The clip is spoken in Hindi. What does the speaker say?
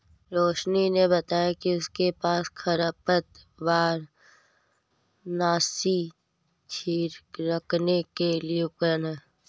रोशिनी ने बताया कि उसके पास खरपतवारनाशी छिड़कने के लिए उपकरण है